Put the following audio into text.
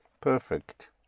Perfect